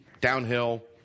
downhill